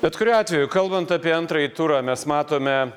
bet kuriuo atveju kalbant apie antrąjį turą mes matome